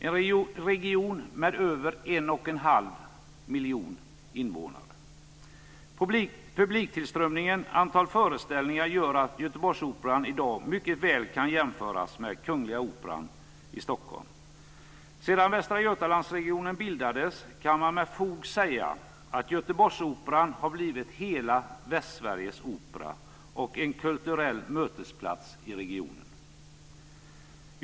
Det är en region med över 1 1⁄2 miljon invånare. Publiktillströmningen och antal föreställningar gör att Göteborgsoperan i dag mycket väl kan jämföras med Kungliga Operan i Stockholm. Sedan regionen Västra Götaland bildades kan man med fog säga att Göteborgsoperan har blivit hela Västsveriges opera och en kulturell mötesplats i regionen.